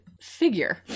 figure